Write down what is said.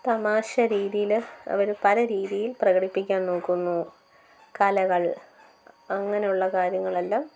തമാശ രീതിയിൽ അവര് പലരീതിയിൽ പ്രകടിപ്പിക്കാൻ നോക്കുന്നു കലകൾ അങ്ങനെയുള്ള കാര്യങ്ങളെല്ലാം